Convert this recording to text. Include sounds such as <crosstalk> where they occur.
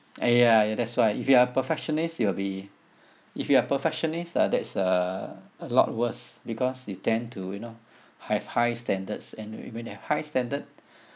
!aiya! that's why if you are perfectionist you'll be if you are perfectionist uh that's uh a lot worse because you tend to you know have high standards and remain at high standard <breath>